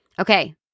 Okay